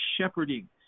shepherding